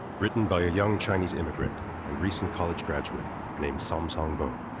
written by a young chinese immigrant and recent college graduate named saum song bo,